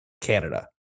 Canada